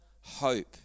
hope